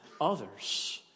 others